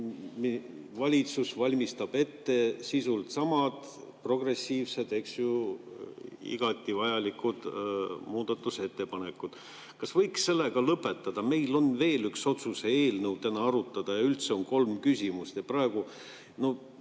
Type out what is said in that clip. valitsus valmistab ette sisult samad, progressiivsed, eks ju, igati vajalikud muudatusettepanekud. Kas võiks sellega lõpetada? Meil on veel üks otsuse eelnõu täna arutada ja üldse on kolm küsimust. Ja praegu –